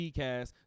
cast